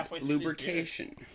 lubrication